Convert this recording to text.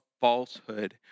falsehood